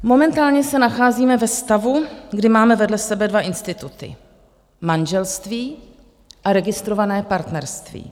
Momentálně se nacházíme ve stavu, kdy máme vedle sebe dva instituty manželství a registrované partnerství.